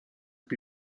più